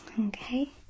okay